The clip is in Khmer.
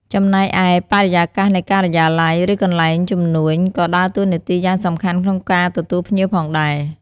ចំណែកឯ បរិយាកាសនៃការិយាល័យ ឬកន្លែងជំនួយក៏ដើរតួនាទីយ៉ាងសំខាន់ក្នុងការទទួលភ្ញៀវផងដែរ។